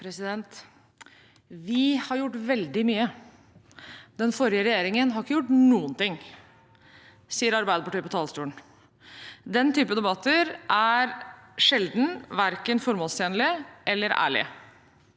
Vi har gjort veldig mye – den forrige regjeringen har ikke gjort noen ting, sier Arbeiderpartiet fra talerstolen. Den type debatter er sjelden verken formålstjenlige eller ærlige.